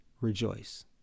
rejoice